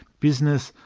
business,